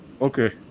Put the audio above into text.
Okay